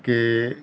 کہ